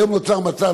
היום נוצר מצב,